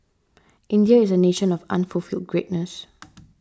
India is a nation of unfulfilled greatness